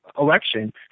election